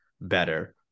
better